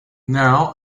now